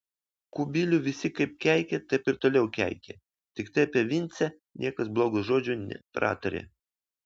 kubilių visi kaip keikė taip ir toliau keikė tiktai apie vincę niekas blogo žodžio nepratarė